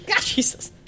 Jesus